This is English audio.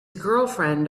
girlfriend